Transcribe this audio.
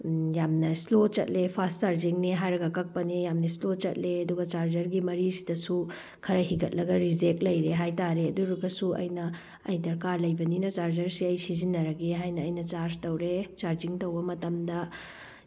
ꯌꯥꯝꯅ ꯏꯁꯂꯣ ꯆꯠꯂꯦ ꯐꯥꯁ ꯆꯥꯔꯖꯤꯡꯅꯦ ꯍꯥꯏꯔꯒ ꯀꯛꯄꯅꯦ ꯌꯥꯝꯅ ꯏꯁꯂꯣ ꯆꯠꯂꯦ ꯑꯗꯨꯒ ꯆꯥꯔꯖꯔꯒꯤ ꯃꯔꯤꯁꯤꯗꯁꯨ ꯈꯔ ꯍꯤꯒꯠꯂꯒ ꯔꯤꯖꯦꯛ ꯂꯩꯔꯦ ꯍꯥꯏꯇꯥꯔꯦ ꯑꯗꯨ ꯑꯣꯏꯔꯒꯁꯨ ꯑꯩꯅ ꯑꯩ ꯗꯔꯀꯥꯔ ꯂꯩꯕꯅꯤꯅ ꯆꯥꯔꯖꯔꯁꯦ ꯑꯩ ꯁꯤꯖꯤꯟꯅꯔꯒꯦ ꯍꯥꯏꯅ ꯑꯩꯅ ꯆꯥꯔꯖ ꯇꯧꯔꯦ ꯆꯥꯔꯖꯤꯡ ꯇꯧꯕ ꯃꯇꯝꯗ